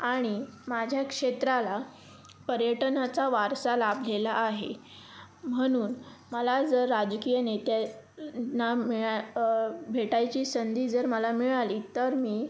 आणि माझ्या क्षेत्राला पर्यटनाचा वारसा लाभलेला आहे म्हणून मला जर राजकीय नेत्यांना मिळा भेटायची संधी जर मला मिळाली तर मी